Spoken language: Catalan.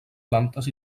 plantes